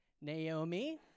Naomi